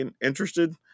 interested